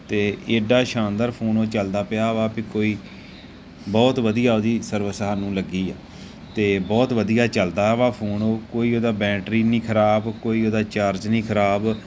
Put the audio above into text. ਅਤੇ ਐਡਾ ਸ਼ਾਨਦਾਰ ਫੋਨ ਉਹ ਚੱਲਦਾ ਪਿਆ ਵਾ ਵੀ ਕੋਈ ਬਹੁਤ ਵਧੀਆ ਉਹਦੀ ਸਰਵਿਸ ਸਾਨੂੰ ਲੱਗੀ ਆ ਅਤੇ ਬਹੁਤ ਵਧੀਆ ਚੱਲਦਾ ਵਾ ਫੋਨ ਉਹ ਕੋਈ ਉਹਦਾ ਬੈਟਰੀ ਨਹੀਂ ਖ਼ਰਾਬ ਕੋਈ ਉਹਦਾ ਚਾਰਜ ਨਹੀਂ ਖ਼ਰਾਬ